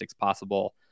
possible